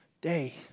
day